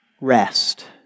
rest